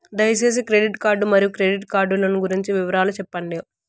దయసేసి credit card మరియు credit card లు గురించి వివరాలు సెప్పండి?